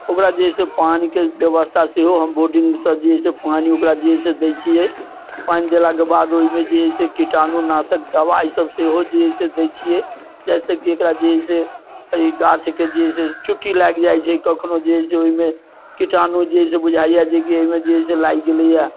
ओकरा जे है से पानिके व्यवस्था सेहो हम बोर्डिंगसँ जे है से पानि ओकरा जे है से दै छियै पानि देलाके बाद ओइमे जे है से कीटाणु नाशक दबाइ सब सेहो जे है से दै छियै जाहिसँ एकरा जे है से अइ गाछके जे है से चुट्टी लागि जाइ छै कखनो जे है से ओइमे कीटाणु जे है से बुझाइए जे की अइमे कहींसँ लागि गेलै